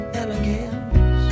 elegance